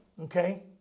okay